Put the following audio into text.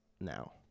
now